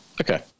Okay